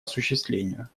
осуществлению